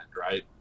right